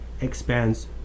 expands